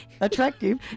attractive